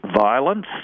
violence